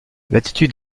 l’attitude